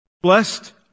Blessed